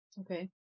Okay